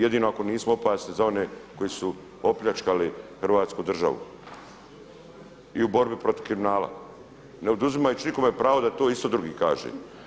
Jedino ako nisu opasne za one koji su opljačkali Hrvatsku državu i u borbi protiv kriminala ne oduzimajući nikome pravo da to isto drugi kaže.